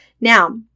Now